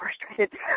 frustrated